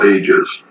Ages